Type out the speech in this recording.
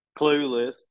clueless